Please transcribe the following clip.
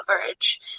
coverage